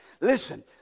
Listen